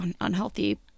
unhealthy